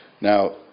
Now